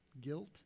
Guilt